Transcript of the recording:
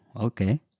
Okay